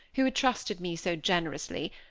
who had trusted me so generously,